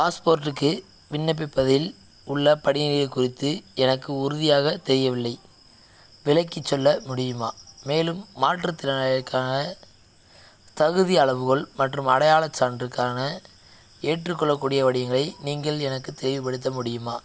பாஸ்போர்ட்டுக்கு விண்ணப்பிப்பதில் உள்ள படிநிலைகள் குறித்து எனக்கு உறுதியாக தெரியவில்லை விளக்கிச் சொல்ல முடியுமா மேலும் மாற்றுத்திறனாளிக்கான தகுதி அளவுகோல் மற்றும் அடையாளச் சான்றுக்கான ஏற்றுக்கொள்ளக்கூடிய வடிவங்களை நீங்கள் எனக்கு தெளிவுபடுத்த முடியுமா